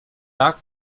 tak